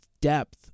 depth